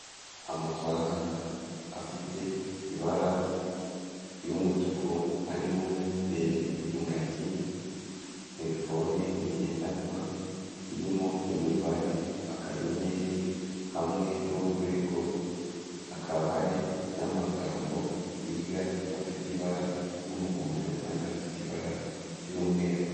Amafaranga afite ibara ry'umutuku harimo mo imbere ingagi telefone ngendanwa irimo imibare akanyenyeri hamwe n'urwego, hakaba hari n'amagambo hirya afite ibara ry'umuhondo n'andi afite ibara ry'umweru.